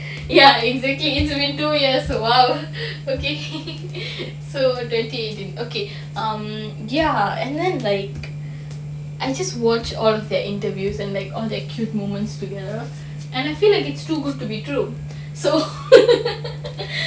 ya exactly is only two years !wow! okay so dirty agent okay um ya and then like I just watch all of their interviews and like all their cute moments together and I feel like it's too good to be true so